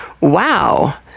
wow